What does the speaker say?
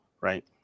right